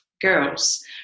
girls